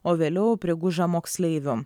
o vėliau priguža moksleivių